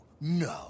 no